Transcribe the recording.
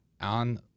on